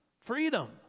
Freedom